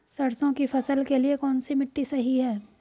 सरसों की फसल के लिए कौनसी मिट्टी सही हैं?